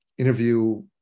interview